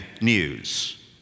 news